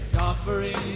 Offering